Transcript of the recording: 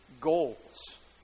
goals